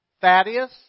Thaddeus